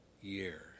year